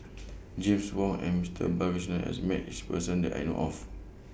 James Wong and M Stone Balakrishnan has Met This Person that I know of